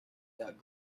that